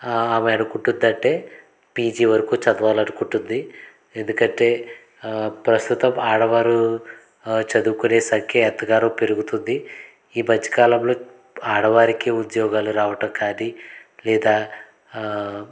ఆమె అనుకుంటుంది అంటే పీజీ వరకు చదవాలి అనుకుంటుంది ఎందుకంటే ప్రస్తుతం ఆడవారు చదువుకునే సంఖ్య ఎంతగానో పెరుగుతుంది ఈ మధ్యకాలంలో ఆడవారికి ఉద్యోగాలు రావడం కానీ లేదా